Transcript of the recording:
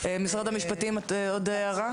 משרד המשפטים, עוד הערה?